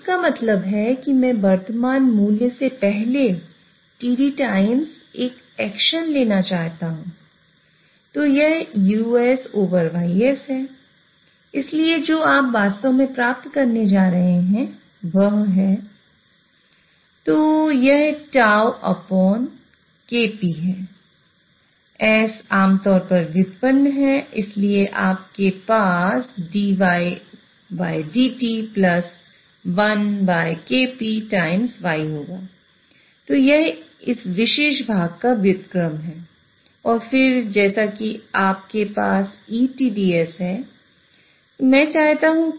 इसका मतलब है कि मैं वर्तमान मूल्य से पहले td times एक एक्शन लेना चाहता हूं